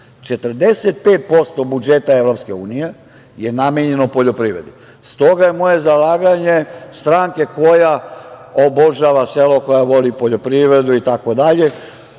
45% budžeta EU je namenjeno poljoprivredi. Stoga je moje zalaganje, stranke koja obožava selo, koja voli poljoprivredu,